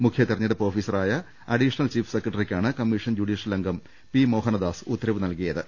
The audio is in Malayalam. മുഖ്യ തെരഞ്ഞെടുപ്പ് ഓഫീസറായ അഡീഷണൽ ചീഫ് സെക്രട്ടറി ക്കാണ് കമ്മീഷൻ ജുഡീഷ്യൽ അംഗം പി മോഹനദാസ് ഉത്തരവ് നൽകിയ ട ത്